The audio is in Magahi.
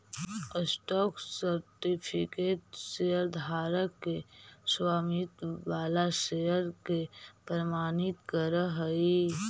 स्टॉक सर्टिफिकेट शेयरधारक के स्वामित्व वाला शेयर के प्रमाणित करऽ हइ